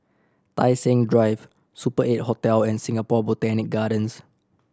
Tai Seng Drive Super Eight Hotel and Singapore Botanic Gardens